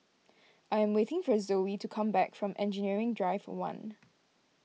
I am waiting for Zoey to come back from Engineering Drive one